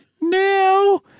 Now